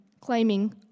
claiming